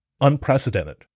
unprecedented